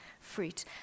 fruit